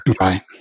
right